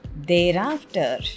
thereafter